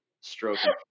stroking